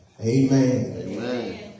Amen